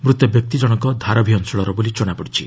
ମୃତବ୍ୟକ୍ତି ଜଣକ ଧାରଭି ଅଞ୍ଚଳର ବୋଲି ଜଣାପଡିଛି